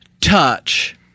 touch